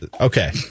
Okay